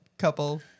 Couple